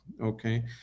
Okay